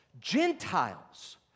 Gentiles